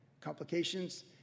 Complications